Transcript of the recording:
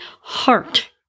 heart